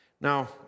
Now